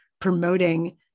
promoting